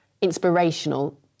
inspirational